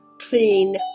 clean